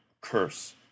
curse